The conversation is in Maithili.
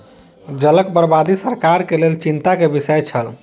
जलक बर्बादी सरकार के लेल चिंता के विषय छल